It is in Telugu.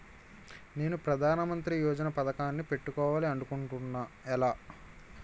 నేను ప్రధానమంత్రి యోజన పథకానికి పెట్టుకోవాలి అనుకుంటున్నా ఎలా?